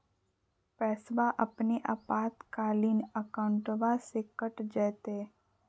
पैस्वा अपने आपातकालीन अकाउंटबा से कट जयते?